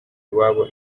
iwabo